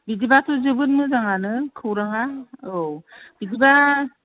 बिदिबाथ' जोबोद मोजाङानो खौरांआ औ बिदिबा